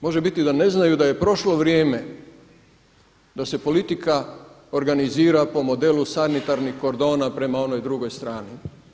Može biti da ne znaju da je prošlo vrijeme da se politika organizira po modelu sanitarnih kordona prema onoj drugoj strani.